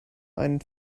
einen